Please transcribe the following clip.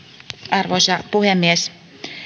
arvoisa puhemies